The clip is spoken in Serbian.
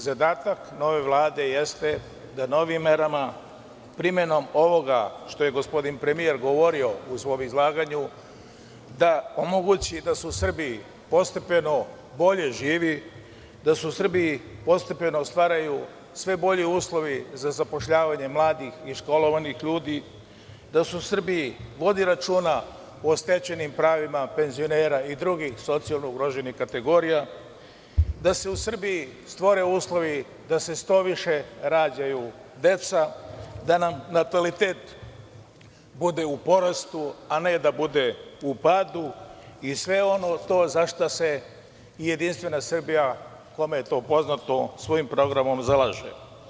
Zadatak nove Vlade jeste da novim merama, primenom ovoga što je gospodin premijer govorio u svom izlaganju, da omogući da su Srbiji postepeno bolje živi, da se u Srbiji postepeno stvaraju sve bolji uslovi za zapošljavanje mladih i školovanih ljudi, da se u Srbiji vodi računa o stečenim pravima penzionera i drugih socijalno ugroženih kategorija, da se u Srbiji stvore uslovi da se što više rađaju deca, da nam natalitet bude u porastu, a ne da bude u padu i sve ono za šta se jedinstvena Srbija, kome je to poznato, svojim programom zalaže.